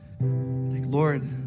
Lord